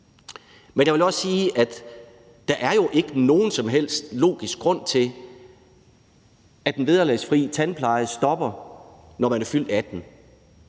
Men jeg vil også sige, at der jo ikke er nogen som helst logisk grund til, at den vederlagsfri tandpleje stopper, når man er fyldt 18 år.